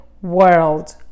world